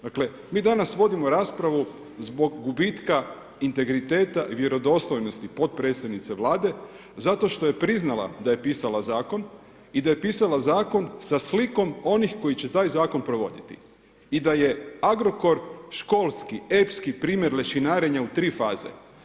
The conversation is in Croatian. Dakle mi danas vodimo raspravu zbog gubitka integriteta i vjerodostojnosti potpredsjednice Vlade zato što je priznala da je pisala zakon i da je pisala zakon sa slikom onih koji će taj zakon provoditi i da je Agrokor školski, epski primjer lešinarenja u 3 faze.